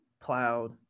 plowed